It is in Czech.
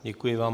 Děkuji vám.